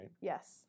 Yes